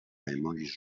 emojis